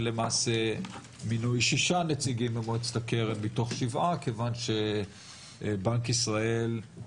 ולמעשה מינוי שישה נציגים במועצת הקרן מתוך שבעה כיוון ששר האוצר